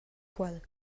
quel